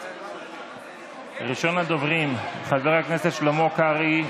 ראשון הדוברים, חבר הכנסת שלמה קרעי,